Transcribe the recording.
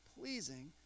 pleasing